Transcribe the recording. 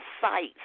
sites